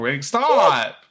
Stop